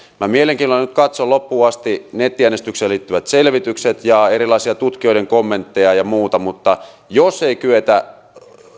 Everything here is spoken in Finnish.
minä mielenkiinnolla katson nyt loppuun asti nettiäänestykseen liittyvät selvitykset ja erilaisia tutkijoiden kommentteja ja muuta mutta jos ei kyetä